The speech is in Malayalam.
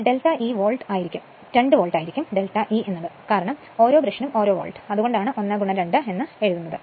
എന്നാൽ ഡെൽറ്റ E 2 വോൾട്ട് ആയിരിക്കും കാരണം ഓരോ ബ്രഷിനും 1 വോൾട്ട് അതുകൊണ്ടാണ് 1 2 എന്ന് എഴുതുന്നത്